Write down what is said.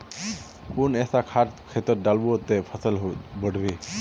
कुन ऐसा खाद खेतोत डालबो ते फसल बढ़बे?